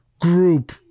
group